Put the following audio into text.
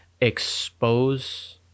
expose